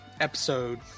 episode